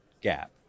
gap